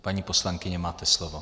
Paní poslankyně, máte slovo.